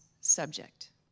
subject